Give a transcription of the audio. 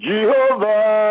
Jehovah